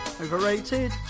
Overrated